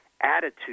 attitude